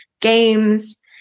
games